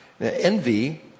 Envy